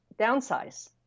downsize